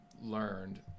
learned